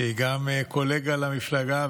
שהיא גם קולגה למפלגה,